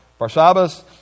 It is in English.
Barsabbas